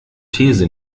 these